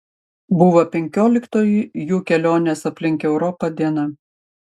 buvo penkioliktoji jų kelionės aplink europą diena